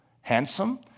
handsome